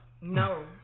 No